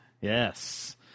Yes